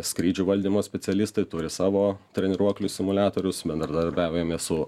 skrydžių valdymo specialistai turi savo treniruoklių simuliatorius bendradarbiaujame su